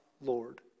Lord